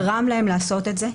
גרם להן לעשות את זה,